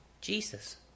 Jesus